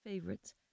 Favorites